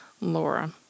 Laura